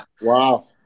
wow